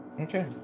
okay